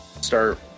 start